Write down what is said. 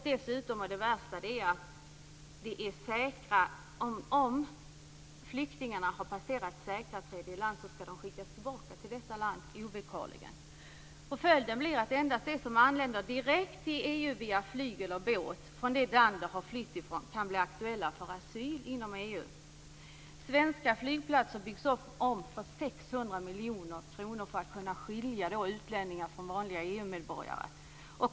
Dessutom är det så, och det är det värsta, att om flyktingarna har passerat ett säkert tredje land, skall de ovillkorligen skickas tillbaka till detta land. Följden blir att endast de som anländer till EU direkt via flyg eller båt från de länder som de har flytt från kan bli aktuella för asyl inom EU. Svenska flygplatser byggs om för 600 miljoner kronor för att man skall kunna skilja utlänningar från vanliga EU-medborgare.